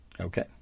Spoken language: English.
Okay